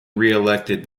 reelected